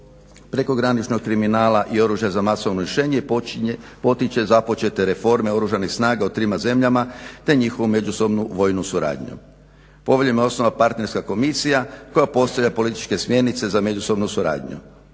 prekograničnog kriminala i oružja za masovno rješenje potiče započete reforme oružanih snaga u trima zemljama, te njihovu međusobnu vojnu suradnju. Poveljom je osnovana Partnerska komisija koja postavlja političke smjernice za međusobnu suradnju.